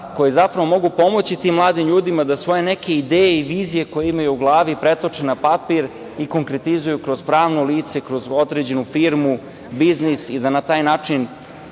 koji zapravo mogu pomoći tim mladim ljudima da svoje neke ideje i vizije koje imaju u glavi pretoče na papir i konkretizuju kroz pravno lice, kroz određenu firmu, biznis i da na taj način